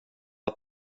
att